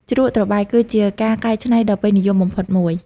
ជ្រក់ត្របែក គឺជាការកែច្នៃដ៏ពេញនិយមបំផុតមួយ។